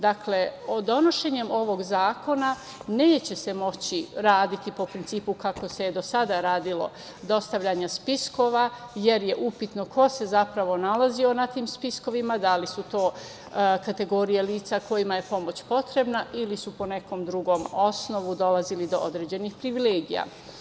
Dakle, donošenjem ovog zakona neće se moći raditi po principu kako se do sada radilo dostavljanje spiskova, jer je upitno ko se zapravo nalazio na tim spiskovima, da li su to kategorije lica kojima je pomoć potrebna ili su po nekom drugom osnovu dolazili do određenih privilegija.